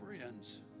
friends